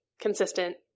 consistent